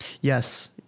Yes